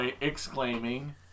exclaiming